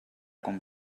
com